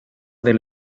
del